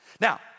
now